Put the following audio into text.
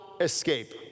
escape